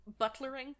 butlering